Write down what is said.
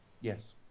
Yes